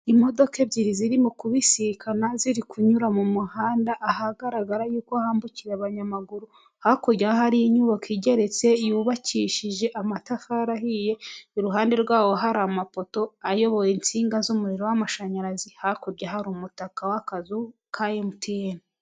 Imodoka ebyiri zirimo kubisikana, ziri kunyura mu muhanda ahagaragara yuko hambukira abanyamaguru; hakurya hari inyubako igeretse yubakishije amatafari ahiye, iruhande rwawo hari amapoto ayoboye insinga z'umuriro w'amashanyarazi; hakurya hari umutaka w'akazu ka Emutiyene.